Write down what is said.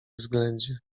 względzie